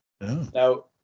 Now